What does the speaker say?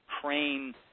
crane